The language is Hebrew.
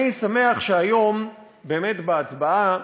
אני שמח שהיום באמת בהצבעה